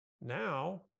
Now